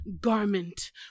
garment